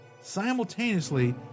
Simultaneously